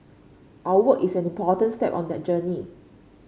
our work is an important step on that journey